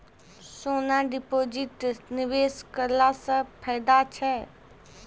सोना deposit निवेश करला से फैदा छै?